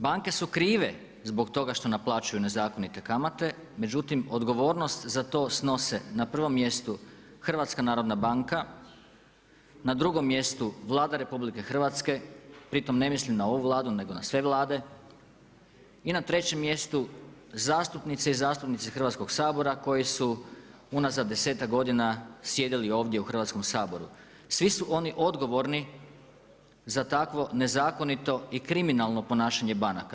Banke su krive zbog toga što naplaćuju nezakonite kamate međutim odgovornost za to snose na prvom mjestu HNB, na drugom mjestu Vlada RH pritom ne mislim a ovu Vladu nego na sve Vlade i na trećem mjestu zastupnice i zastupnici Hrvatskog sabora koji su unazad desetak godina sjedili ovdje u Hrvatskom saboru, svi su oni odgovorni za takvo nezakonito i kriminalno ponašanje banaka.